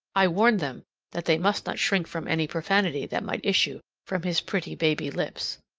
i warned them that they must not shrink from any profanity that might issue from his pretty baby lips.